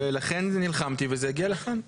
לכן נלחמתי וזה הגיע לכאן.